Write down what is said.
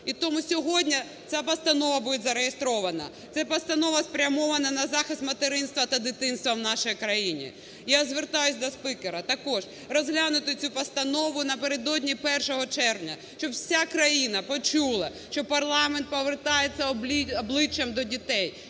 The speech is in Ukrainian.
І тому сьогодні ця постанова буде зареєстрована. Ця постанова спрямована на захист материнства та дитинства в нашій країні. Я звертаюсь до спікера також розглянути цю постанову на передодні 1 червня, щоб вся країна почула, що парламент повертається обличчям до дітей,